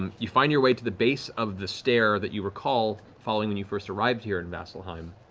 um you find your way to the base of the stair that you recall, following when you first arrived here in vasselheim,